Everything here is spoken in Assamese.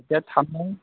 এতিয়া ঠাণ্ডাই